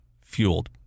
fueled